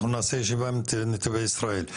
אנחנו נעשה ישיבה עם נתיבי ישראל.